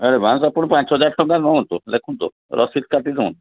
advance ଆପଣ ପାଞ୍ଚ ହଜାର ଟଙ୍କା ନିଅନ୍ତୁ ଲେଖନ୍ତୁ ରସିଦ କାଟିଦିଅନ୍ତୁ